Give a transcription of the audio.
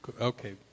okay